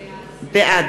מספיק.